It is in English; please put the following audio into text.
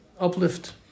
uplift